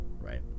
Right